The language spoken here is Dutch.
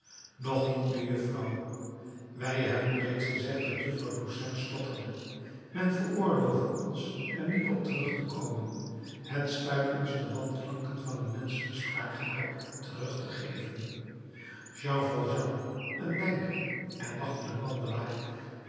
nog niet mejuffrouw wij hebben reeds gezegd dat vrouw toussaint stotterde men veroorlove ons er niet op terug te komen het stuit ons de wanklanken van een menschelijk spraakgebrek terug te geven jean valjean een denker en nachtelijk wandelaar